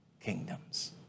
kingdoms